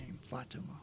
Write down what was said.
Fatima